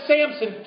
Samson